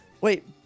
Wait